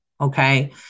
Okay